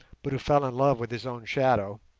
but who fell in love with his own shadow,